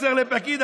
מסר לפקיד.